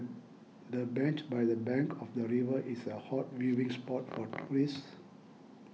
the bench by the bank of the river is a hot viewing spot for tourists